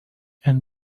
and